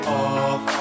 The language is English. off